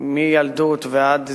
מילדות ועד זיקנה,